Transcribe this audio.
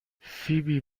فیبی